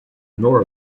nor